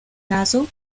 caso